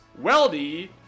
Weldy